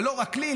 ולא רק לי,